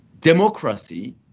democracy